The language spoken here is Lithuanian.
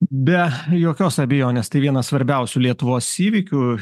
be jokios abejonės tai vienas svarbiausių lietuvos įvykių